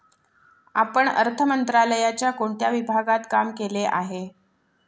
आपण अर्थ मंत्रालयाच्या कोणत्या विभागात काम केले आहे?